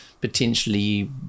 potentially